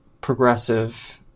progressive